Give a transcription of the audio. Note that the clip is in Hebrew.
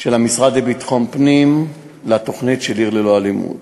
של המשרד לביטחון הפנים לתוכנית "עיר ללא אלימות".